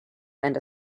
and